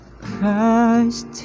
Christ